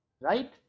right